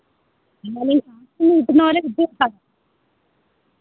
എന്നാലും ക്ലാസീന്ന് കിട്ടുന്ന പോലെ കിട്ടുമോ സാറേ